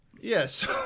yes